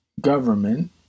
government